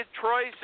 Troy's